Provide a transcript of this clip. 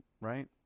right